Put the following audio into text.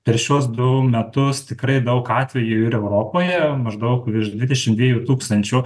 per šiuos du metus tikrai daug atvejų yra europoje maždaug virš dvidešimt dviejų tūkstančių